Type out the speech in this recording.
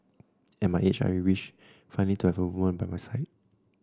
at my age I wish finally to have a woman by my side